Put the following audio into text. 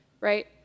right